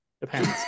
depends